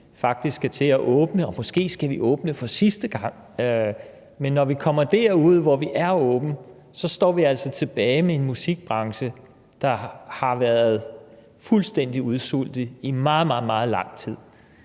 faktisk skal til at åbne, og måske skal vi åbne for sidste gang. Men når vi kommer derud, hvor vi har åbnet, står vi altså tilbage med en musikbranche, der har været fuldstændig udsultet i meget, meget lang tid.